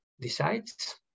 decides